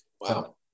Wow